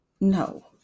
No